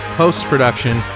post-production